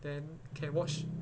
then can watch